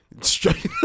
straight